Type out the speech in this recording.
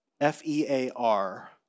f-e-a-r